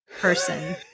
person